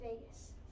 Vegas